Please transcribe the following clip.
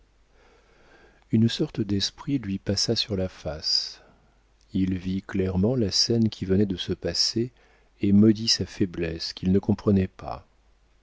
une sorte d'esprit lui passa sur la face il vit clairement la scène qui venait de se passer et maudit sa faiblesse qu'il ne comprenait pas